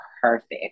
perfect